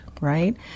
right